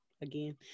again